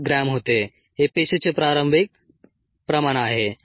5 gram होते हे पेशीचे प्रारंभिक प्रमाण आहे